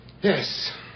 Yes